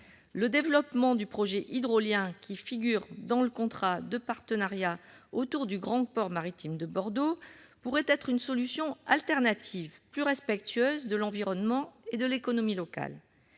Le développement du projet hydrolien qui figure dans le contrat de partenariat autour du grand port maritime de Bordeaux pourrait être une solution alternative plus respectueuse de l'environnement et de l'économie locale.